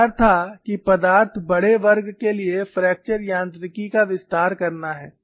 विचार था कि पदार्थ बड़े वर्ग के लिए फ्रैक्चर यांत्रिकी का विस्तार करना है